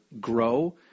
grow